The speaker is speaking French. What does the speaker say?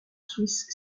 swiss